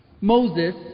Moses